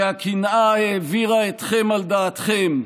שהקנאה העבירה אתכם על דעתכם,